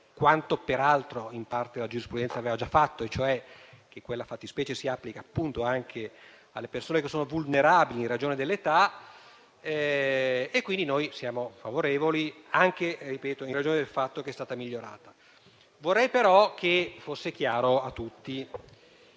quanto, peraltro in parte, la giurisprudenza aveva già fatto, cioè che quella fattispecie si applica anche alle persone che sono vulnerabili in ragione dell'età. Siamo quindi favorevoli anche in ragione del fatto che è stata migliorata. Vorrei però che fosse chiaro a tutti